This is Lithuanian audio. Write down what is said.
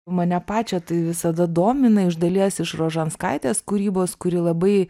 mane pačią tai visada domina iš dalies iš rožanskaitės kūrybos kuri labai